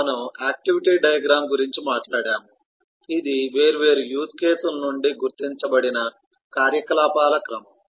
మనము activity diagram గురించి మాట్లాడాము ఇది వేర్వేరు యూజ్ కేసుల నుండి గుర్తించబడిన కార్యకలాపాల క్రమం